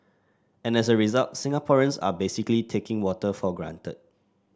and as a result Singaporeans are basically taking water for granted